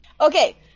Okay